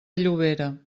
llobera